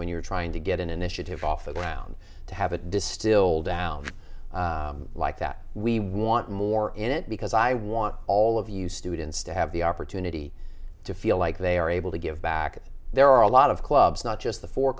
when you're trying to get an initiative off the ground to have it distilled down like that we want more in it because i want all of you students to have the opportunity to feel like they are able to give back there are a lot of clubs not just the four